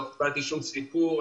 לא קיבלתי שום סיפור,